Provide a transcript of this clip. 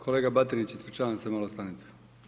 kolega Batinić, ispričavam se, malo stanite.